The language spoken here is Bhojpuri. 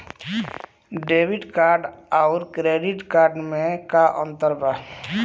डेबिट कार्ड आउर क्रेडिट कार्ड मे का अंतर बा?